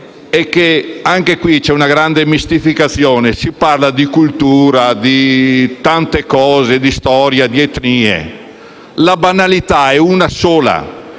è che anche qui c'è una grande mistificazione: si parla di cultura, di tante cose, di storia, di etnie. La banalità è una sola: